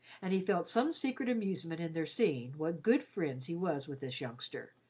and he felt some secret amusement in their seeing what good friends he was with this youngster,